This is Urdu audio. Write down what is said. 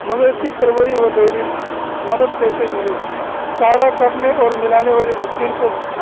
مویشی پروری و ڈری مدد کیسے ملی چارہ کرٹنے اور ملانے والی مشین کو